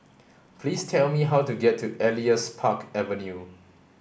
please tell me how to get to Elias Park Avenue